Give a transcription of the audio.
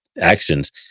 Actions